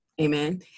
amen